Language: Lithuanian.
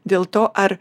dėl to ar